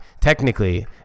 Technically